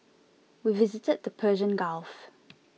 we visited the Persian Gulf